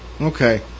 Okay